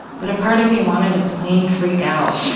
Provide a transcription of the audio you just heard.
but a part of me wanted to plain freak out.